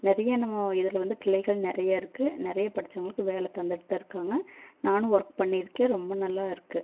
நிறையா நம்ம இதில் வந்து கிளைகள் நிறையா இருக்குது நிறைய படிச்சவங்களுக்கு வேலை தந்துகிட்டுதான் இருக்காங்கள் நானும் ஒர்க் பண்ணிருக்கேன் ரொம்ப நல்லாருக்குது